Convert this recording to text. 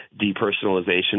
depersonalization